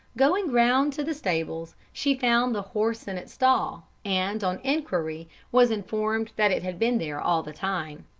going round to the stables she found the horse in its stall, and on enquiry was informed that it had been there all the time.